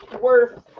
worth